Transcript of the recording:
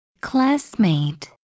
Classmate